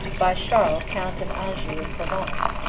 by charles count of anjou and provence,